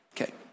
Okay